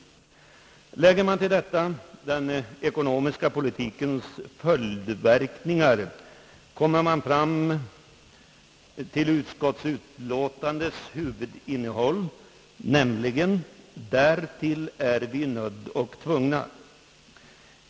Lägger man till detta den ekonomiska politikens följdverkningar kommer man fram till utskottsbetänkandets huvudinnehåll, nämligen: Härtill är vi nödda och tvungna!